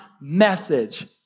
message